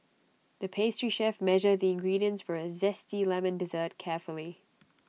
the pastry chef measured the ingredients for A Zesty Lemon Dessert carefully